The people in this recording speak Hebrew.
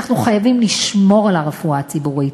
אנחנו חייבים לשמור על הרפואה הציבורית,